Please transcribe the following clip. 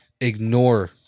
ignore